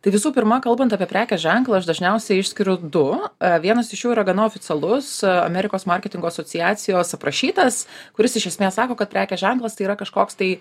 tai visų pirma kalbant apie prekės ženklą aš dažniausiai išskiriu du vienas iš jų yra gana oficialus amerikos marketingo asociacijos aprašytas kuris iš esmės sako kad prekės ženklas tai yra kažkoks tai